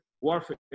warfare